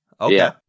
okay